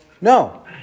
no